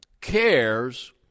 cares